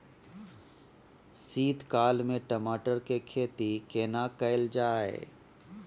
शीत काल में टमाटर के खेती केना कैल जाय?